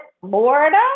Florida